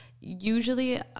usually